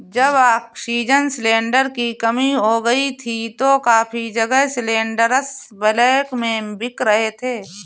जब oxygen cylinder की कमी हो गई थी तो काफी जगह सिलेंडरस ब्लैक में बिके थे